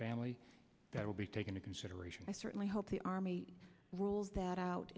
family that will be taken to consideration i certainly hope the army rules that out